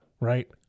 right